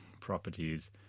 properties